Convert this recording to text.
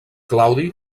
claudi